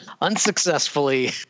unsuccessfully